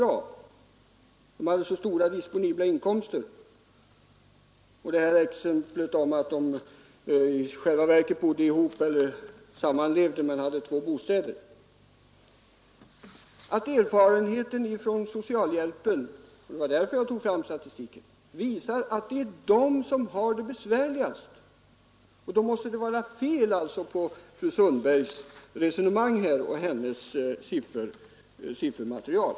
Erfarenheten från socialhjälpen visar emellertid — och det var Om åtgärder mot därför jag tog fram statistiken — att det är dessa människor som har det diskriminering av mest besvärligt. Det måste vara fel på fru Sundbergs resonemang och på äktenskapet grundförutsättningarna bakom hennes siffermaterial. Jag vill säga några ord med adress till fru Sundberg, eftersom hon talade om att de ensamstående har så stora disponibla inkomster.